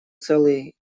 целый